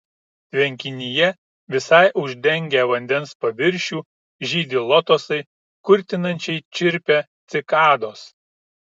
tvenkinyje visai uždengę vandens paviršių žydi lotosai kurtinančiai čirpia cikados